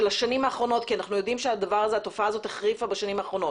של השנים האחרונות אנחנו יודעים שהתופעה הזאת החריפה בשנים האחרונות